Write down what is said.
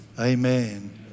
amen